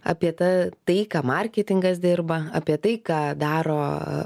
apie ta tai ką marketingas dirba apie tai ką daro